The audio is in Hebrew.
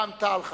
רע"ם-תע"ל,